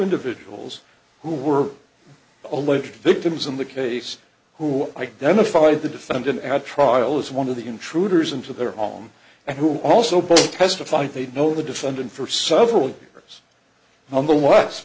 individuals who were alleged victims in the case who identified the defendant at trial as one of the intruders into their home and who also both testified they know the defendant for several years on the west